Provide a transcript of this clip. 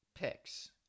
picks